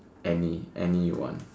any any one